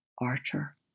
Archer